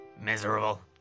miserable